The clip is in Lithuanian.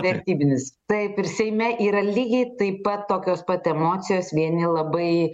vertybinis taip ir seime yra lygiai taip pat tokios pat emocijos vieni labai